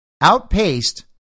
outpaced